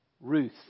Ruth